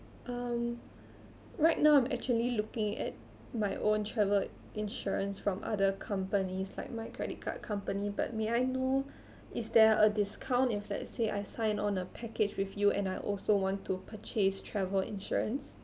um right now I'm actually looking at my own travel insurance from other companies like my credit card company but may I know is there a discount if let's say I sign on a package with you and I also want to purchase travel insurance